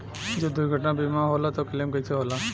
जब दुर्घटना बीमा होला त क्लेम कईसे होला?